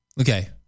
Okay